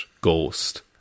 Ghost